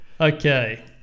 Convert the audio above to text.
Okay